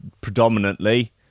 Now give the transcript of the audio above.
predominantly